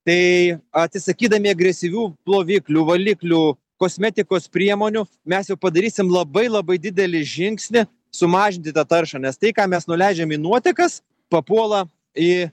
tai atsisakydami agresyvių ploviklių valiklių kosmetikos priemonių mes jau padarysim labai labai didelį žingsnį sumažinti tą taršą nes tai ką mes nuleidžiam į nuotekas papuola į